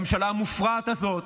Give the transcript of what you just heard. הממשלה המופרעת הזאת